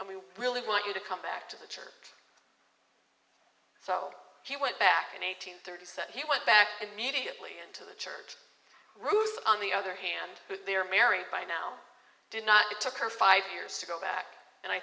and we really want you to come back to the church so he went back in eighteen thirty said he went back immediately to the church on the other hand they are married by now did not it took her five years to go back and i